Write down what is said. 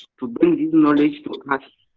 to bringing knowledge to us,